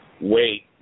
wait